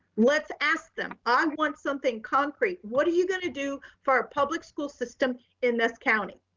let's ask them on once something concrete, what are you gonna do for our public school system in this county,